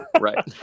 Right